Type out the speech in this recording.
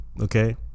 Okay